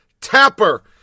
Tapper